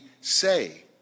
say